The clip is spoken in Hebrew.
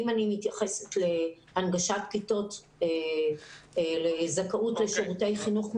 אם אני מתייחס להנגשת כיתות לזכאות לשירותי חינוך מיוחדים,